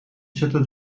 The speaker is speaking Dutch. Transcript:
zette